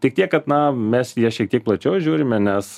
tik tiek kad na mes į ją šiek tiek plačiau žiūrime nes